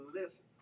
listen